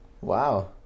wow